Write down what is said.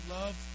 love